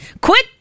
Quit